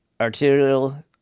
arterial